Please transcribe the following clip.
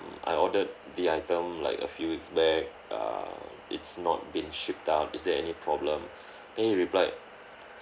I ordered the item like a few weeks back err it's not been shipped out is there any problem then he replied